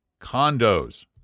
condos